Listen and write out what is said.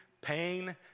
pain